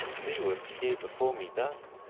do you appear before me thus?